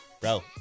bro